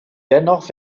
dennoch